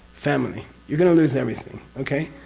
family. you're going to lose everything. okay?